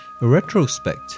retrospect